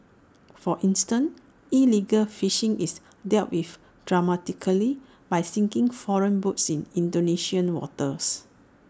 for instance illegal fishing is dealt with dramatically by sinking foreign boats in Indonesian waters